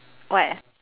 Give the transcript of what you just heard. what